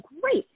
great